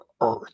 Earth